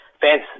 fans